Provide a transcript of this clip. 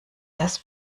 das